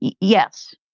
Yes